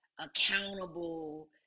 accountable